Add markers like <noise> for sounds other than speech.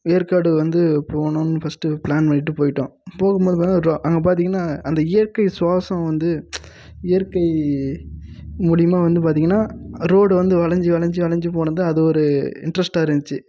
ஏற்காடு வந்து போவுணுன்னு first plan பண்ணிவிட்டு போயிவிட்டோம் போகும்போது <unintelligible> ட்ரா அங்கே பார்த்தீங்கன்னா அந்த இயற்கை சுவாசம் வந்து இயற்கை மூலியுமாக வந்து பார்த்தீங்கன்னா ரோடு வந்து வளைஞ்சு வளைஞ்சு வளைஞ்சு போனது அது ஒரு இன்ட்ரெஸ்ட்டாக இருந்துச்சி